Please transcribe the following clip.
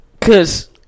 Cause